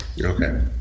Okay